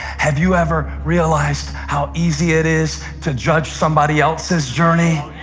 have you ever realized how easy it is to judge somebody else's journey